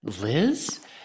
Liz